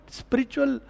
spiritual